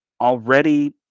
already